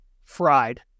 fried